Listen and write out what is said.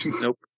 Nope